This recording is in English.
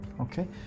okay